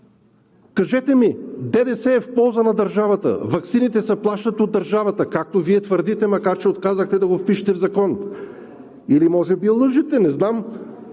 Кажете ми! ДДС е в полза на държавата, ваксините се плащат от държавата – както Вие твърдите, макар че отказахте да го впишете в закон! Или може би лъжете! (Реплики